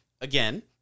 Again